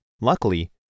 Luckily